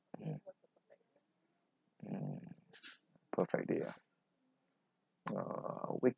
mm mm perfect day ah uh wake